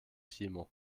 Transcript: timo